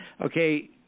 okay